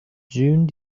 june